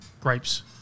Grapes